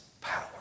power